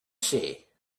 say